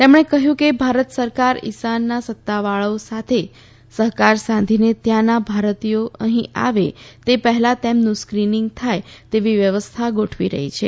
તેમણે કહ્યું કે ભારત સરકાર ઇરાનના સત્તાવાળાઓ સાથે સહકાર સાધીને ત્યાંના ભારતીયો અહીં આવે તે પહેલાં તેમનું સ્ક્રીનિંગ થાય તેવી વ્યવસ્થા ગોઠવી રહી છે